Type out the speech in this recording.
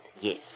yes